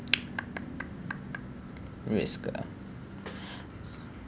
race car